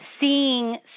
seeing